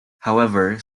however